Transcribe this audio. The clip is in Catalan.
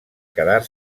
quedar